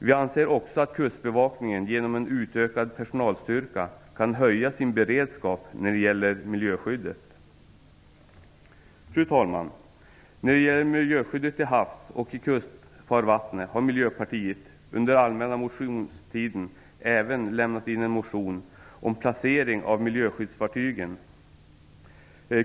Vi anser också att Kustbevakningen genom en utökad personalstyrka kan höja sin beredskap när det gäller miljöskyddet. Fru talman! När det gäller miljöskyddet till havs och i kustfarvattnen har Miljöpartiet under allmänna motionstiden även lämnat in en motion om placering av miljöskyddsfartygen.